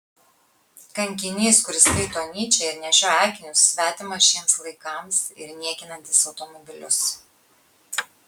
kankinys kuris skaito nyčę ir nešioja akinius svetimas šiems laikams ir niekinantis automobilius